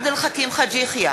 אינו נוכח עבד אל חכים חאג' יחיא,